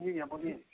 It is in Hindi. जी भैया बोलिये